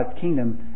kingdom